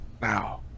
Now